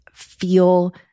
feel